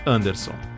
Anderson